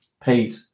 paid